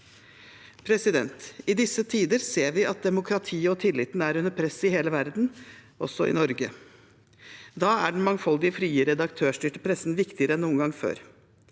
samfunn. I disse tider ser vi at demokratiet og tilliten er under press i hele verden, også i Norge. Da er den mangfoldige, frie redaktørstyrte pressen viktigere enn noen gang før.